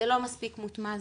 זה לא מספיק מוטמע,